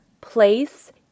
place